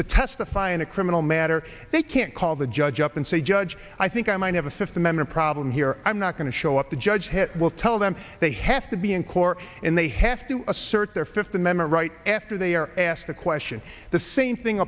to testify in a criminal matter they can call the judge up and say judge i think i might have a fifth amendment problem here i'm not going to show up the judge hit will tell them they have to be in court and they have to assert their fifth amendment right after they are asked a question the same thing